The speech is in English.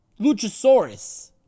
Luchasaurus